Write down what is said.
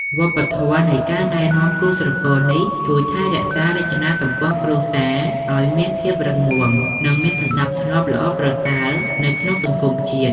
វប្បធម៌នៃការណែនាំគូស្រករនេះ ជួយថែរក្សារចនាសម្ព័ន្ធគ្រួសារឱ្យមានភាពរឹងមាំ និងមានសណ្តាប់ធ្នាប់ល្អប្រសើរនៅក្នុងសង្គមជាតិ។